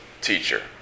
teacher